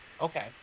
Okay